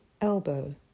elbow